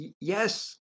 Yes